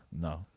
No